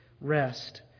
rest